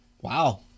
wow